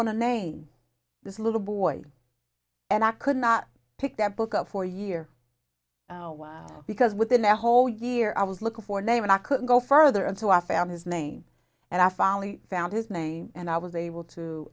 on a name this little boy and i could not pick that book up for year because within the whole year i was looking for a name and i couldn't go further and so i found his name and i finally found his name and i was able to